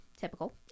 typical